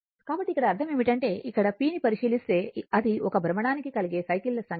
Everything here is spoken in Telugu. కాబట్టి ఇక్కడ అర్థం ఏమిటంటే ఇక్కడ p ని పరిశీలిస్తే అది ఒక భ్రమణానికి కలిగే సైకిల్ ల సంఖ్య అవుతుంది